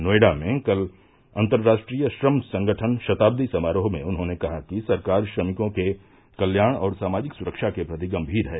नोएडा में कल अंतर्राष्ट्रीय श्रम संगठन शताब्दी समारोह में उन्होंने कहा कि सरकार श्रमिकों के कल्याण और सामाजिक सुरक्षा के प्रति गम्मीर है